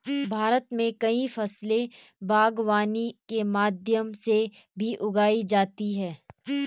भारत मे कई फसले बागवानी के माध्यम से भी उगाई जाती है